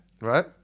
Right